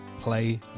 play